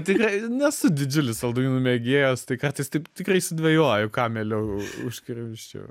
tikrai nesu didžiulis saldumynų mėgėjas tai kartais taip tikrai sudvejoju ką mieliau užkrimsčiau